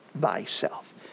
thyself